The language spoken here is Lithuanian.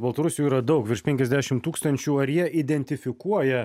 baltarusių yra daug virš penkiasdešim tūkstančių ar jie identifikuoja